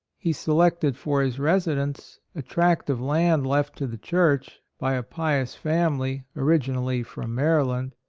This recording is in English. he se lected for his residence a tract of land left to the church by a pious family, originally from maryland,